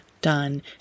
done